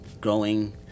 growing